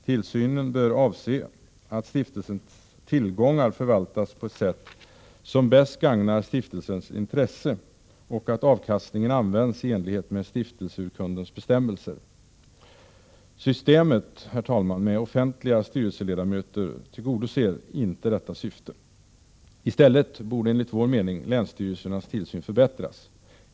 Tillsynen bör avse att stiftelsens tillgångar förvaltas på ett sätt som bäst gagnar stiftelsens intresse och att avkastningen används i enlighet med stiftelseurkundens bestämmelser. Systemet med offentliga styrelseledamöter tillgodoser inte detta syfte. I stället borde enligt vår uppfattning länsstyrelsernas tillsyn förbättras.